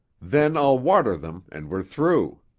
then i'll water them and we're through.